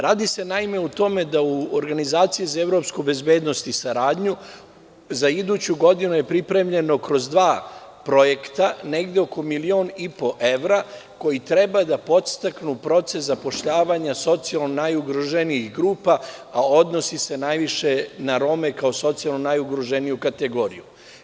Radi se naime o tome da u Organizaciji za evropsku bezbednost i saradnju za iduću godinu je pripremljeno kroz dva projekta negde oko milion i po evra koji treba da podstaknu proces zapošljavanja socijalno najugroženijih grupa, a odnosi se najviše na Rome kao socijalno najugroženiju kategoriju.